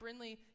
Brinley